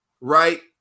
right